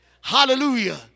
Hallelujah